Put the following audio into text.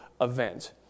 event